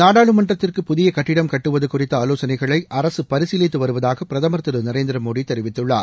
நாடாளுமன்றத்திற்கு புதிய கட்டிடம் கட்டுவது குறித்த ஆவோசனைகளை அரசு பரிசீலித்து வருவதாக பிரதமர் திரு நரேந்திர மோடி தெரிவித்துள்ளார்